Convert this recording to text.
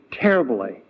terribly